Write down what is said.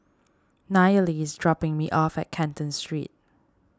Nayeli is dropping me off at Canton Street